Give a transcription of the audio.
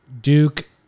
Duke